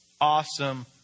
awesome